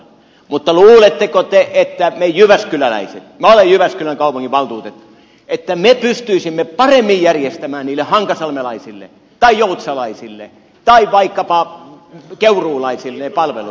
mutta luuletteko te että me jyväskyläläiset minä olen jyväskylän kaupunginvaltuutettu pystyisimme paremmin järjestämään niille hankasalmelaisille tai joutsalaisille tai vaikkapa keuruulaisille ne palvelut